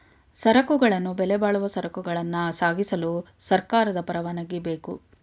ಸರಕುಗಳನ್ನು ಬೆಲೆಬಾಳುವ ಸರಕುಗಳನ್ನ ಸಾಗಿಸಲು ಸರ್ಕಾರದ ಪರವಾನಗಿ ಬೇಕು